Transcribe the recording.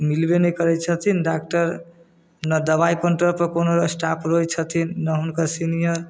मिलबे नहि करै छथिन डॉक्टर ने दवाइ काउण्टरपर कोनो स्टाफ रहै छथिन नहि हुनकर सीनिअर